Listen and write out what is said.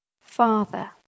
Father